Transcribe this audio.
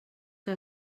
que